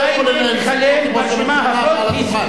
אתה לא יכול לנהל שיחות עם ראש הממשלה מעל הדוכן.